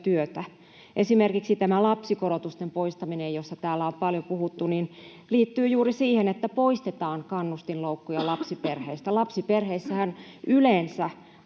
työtä. Esimerkiksi tämä lapsikorotusten poistaminen, josta täällä on paljon puhuttu, liittyy juuri siihen, että poistetaan kannustinloukkuja lapsiperheistä. Lapsiperheissähän yleensä